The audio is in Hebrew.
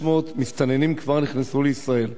מ-2,500 מסתננים כבר נכנסו לישראל.